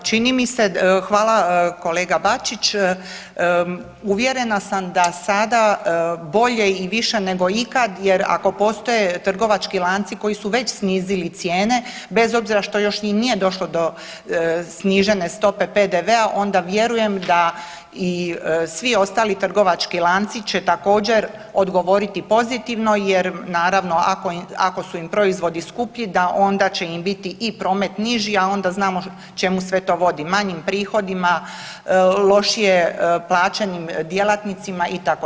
Pa čini mi se, hvala kolega Bačić, uvjerena sam da sada bolje i više nego ikad jer ako postoje trgovački lanci koji su već snizili cijene, bez obzira što još im nije došlo do snižene stope PDV-a, onda vjerujem i da svi ostali trgovački lanci će također odgovoriti pozitivno jer naravno ako su im proizvodi skuplji, da onda će im biti i promet niži a onda znamo čemu sve to vodi manji prihodima, lošije plaćanim djelatnicima itd.